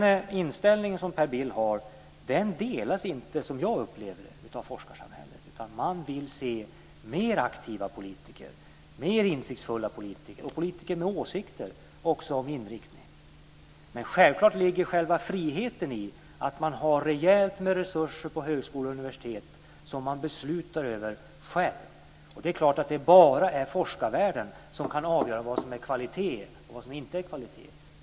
Den inställning som Per Bill har delas inte, som jag upplever det, av forskarsamhället, utan man vill se mer aktiva och insiktsfulla politiker och politiker med åsikter också om inriktningen. Men självklart ligger själva friheten i att man har rejält med resurser på högskolor och universitet som man själv beslutar om. Och det är klart att det bara är forskarvärlden som kan avgöra vad som är kvalitet och vad som inte är kvalitet.